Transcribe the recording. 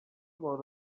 about